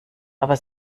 aber